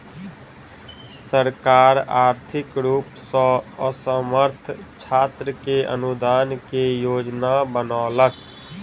सरकार आर्थिक रूप सॅ असमर्थ छात्र के अनुदान के योजना बनौलक